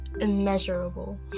immeasurable